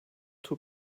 two